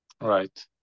right